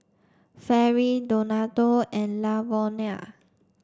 Fairy Donato and Lavonia